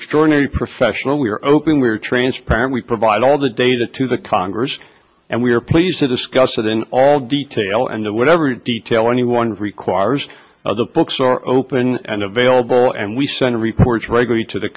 extraordinary professional we're open we're transparent we provide all the data to the congress and we are pleased to discuss it in all detail and whatever detail anyone requires of the books are open and available and we send reports regularly to the